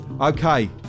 okay